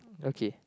okay